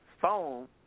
phone –